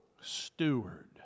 steward